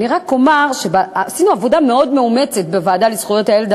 רק אומר: עשינו עבודה מאוד מאומצת בוועדה לזכויות הילד,